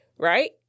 right